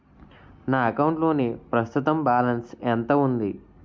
నా అకౌంట్ లోని ప్రస్తుతం బాలన్స్ ఎంత ఉంది?